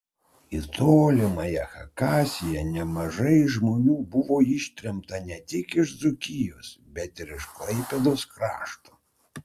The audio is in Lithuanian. į tolimąją chakasiją nemažai žmonių buvo ištremta ne tik iš dzūkijos bet ir iš klaipėdos krašto